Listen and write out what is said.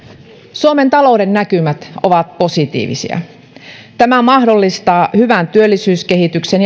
suomen talouden näkymät ovat positiivisia tämä mahdollistaa hyvän työllisyyskehityksen